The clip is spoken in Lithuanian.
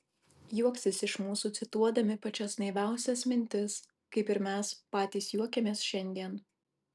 juoksis iš mūsų cituodami pačias naiviausias mintis kaip ir mes patys juokiamės šiandien